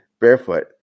barefoot